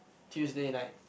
Tuesday night